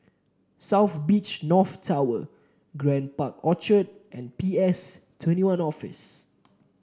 South Beach North Tower Grand Park Orchard and P S Twenty One Office